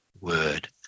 word